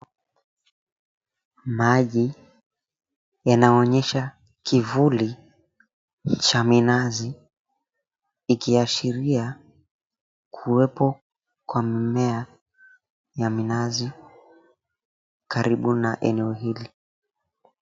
Maji yanaonyesha kivuli cha minazi ikiashiria kuwepo kwa mimea ya minazi karibu na eneo hili.